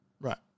right